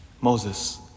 Moses